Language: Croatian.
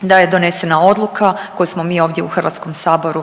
da je donesena odluka koju smo mi ovdje u HS-u